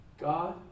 God